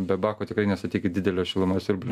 be bako tikrai nestatykit didelio šilumos siurblio